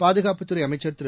பாதுகாப்புதுறைஅமைச்சர்திரு